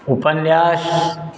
उपन्यास